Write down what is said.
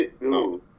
No